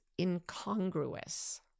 incongruous